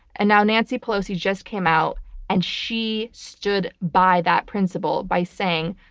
and now nancy pelosi just came out and she stood by that principle by saying,